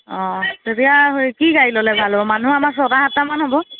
অ তেতিয়া কি গাড়ী ল'লে ভাল হ'ব মানুহ আমাৰ ছয়টা সাতটামান হ'ব